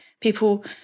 people